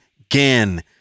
again